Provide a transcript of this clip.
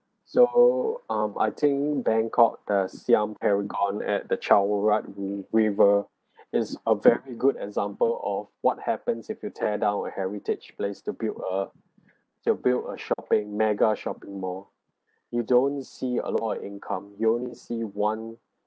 so um I think bangkok the siam paragon at the chao phraya ri~ river is a very good example of what happens if you tear down a heritage place to build a to build a shopping mega shopping mall you don't see a lot of income you only see one